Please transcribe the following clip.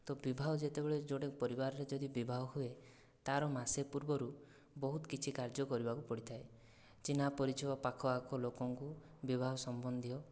ତ ବିବାହ ଯେତେବେଳେ ଯୋଡ଼ିଏ ପରିବାରର ଯଦି ବିବାହ ହୁଏ ତାର ମାସେ ପୂର୍ବରୁ ବହୁତ କିଛି କାର୍ଯ୍ୟ କରିବାକୁ ପଡ଼ିଥାଏ ଚିହ୍ନା ପରିଚୟ ପଖାଆଖ ଲୋକଙ୍କୁ ବିବାହ ସମ୍ବନ୍ଧୀୟ